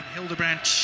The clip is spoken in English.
Hildebrandt